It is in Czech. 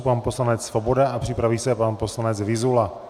Pan poslanec Svoboda a připraví se pan poslanec Vyzula.